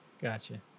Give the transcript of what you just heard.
gotcha